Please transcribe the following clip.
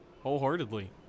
wholeheartedly